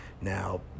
now